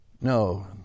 No